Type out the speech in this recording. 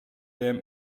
them